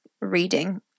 reading